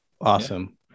Awesome